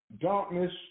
darkness